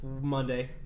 Monday